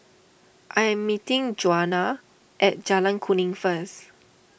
I am meeting Djuana at Jalan Kuning first